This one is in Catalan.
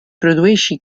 produeixi